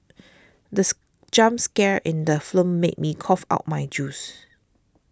this jump scare in the film made me cough out my juice